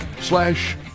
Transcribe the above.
Slash